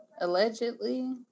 allegedly